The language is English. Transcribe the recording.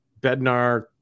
Bednar